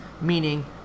meaning